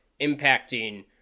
impacting